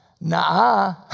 Nah